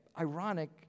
ironic